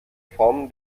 form